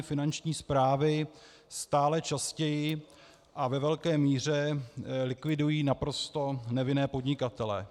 Finanční správy stále častěji a ve velké míře likvidují naprosto nevinné podnikatele.